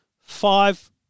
five